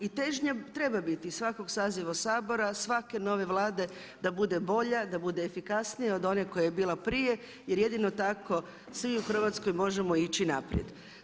I težnja treba biti i svakog saziva Sabora, svake nove Vlade da bude bolje, da bude efikasnija od one koja je bila prije jer jedino tako svi u Hrvatskoj možemo ići naprijed.